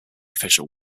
official